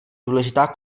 důležitá